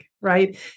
Right